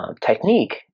technique